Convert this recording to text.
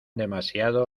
demasiado